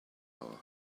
hour